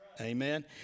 Amen